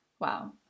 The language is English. Wow